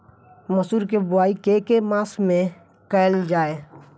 मसूर केँ बोवाई केँ के मास मे कैल जाए?